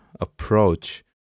approach